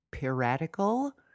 piratical